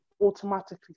automatically